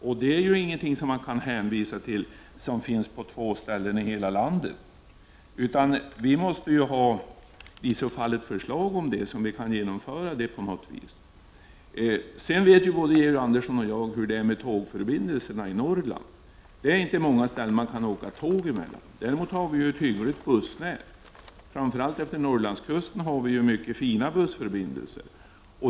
Eftersom färdtjänst alltså bara förekommer i två län, är detta inte någonting som man kan hänvisa till. Vi måste i så fall få ett förslag som vi kan fatta beslut om. Både Georg Andersson och jag vet hur det är med tågförbindelserna i Norrland. Vi har inte många orter som man kan åka tåg emelllan. Däremot har vi ett hyggligt bussnät. Framför allt efter Norrlandskusten har vi mycket fina bussförbindelser.